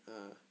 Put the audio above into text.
ah